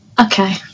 Okay